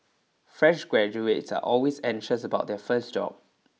fresh graduates are always anxious about their first job